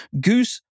Goose